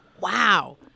wow